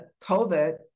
covid